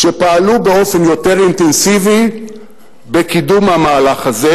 שפעלו באופן יותר אינטנסיבי בקידום המהלך הזה.